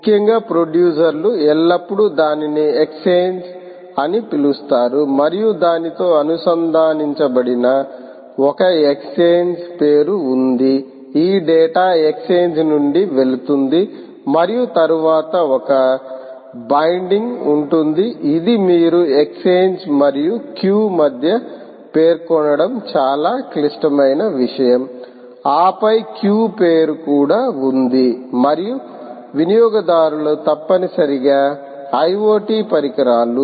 ముఖ్యంగా ప్రొడ్యూసర్ లు ఎల్లప్పుడూ దానిని ఎక్స్ఛేంజ్ అని పిలుస్తారు మరియు దానితో అనుసంధానించబడిన ఒక ఎక్స్ఛేంజ్ పేరు ఉంది ఈ డేటా ఎక్స్ఛేంజ్ నుండి వెళుతుంది మరియు తరువాత ఒక బైండింగ్ ఉంటుంది ఇది మీరు ఎక్స్ఛేంజ్ మరియు క్యూ మధ్య పేర్కొనడం చాలా క్లిష్టమైన విషయం ఆపై క్యూ పేరు కూడా ఉంది మరియు వినియోగదారులు తప్పనిసరిగా IOT పరికరాలు